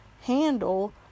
handle